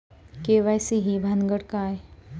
KYC ही भानगड काय?